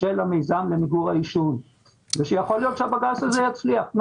של המיזם למיגור העישון ושיכול להיות שהבג"ץ הה יצליח.